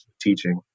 teaching